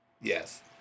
Yes